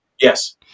Yes